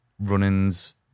running's